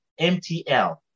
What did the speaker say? mtl